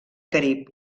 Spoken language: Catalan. carib